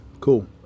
cool